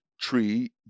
tree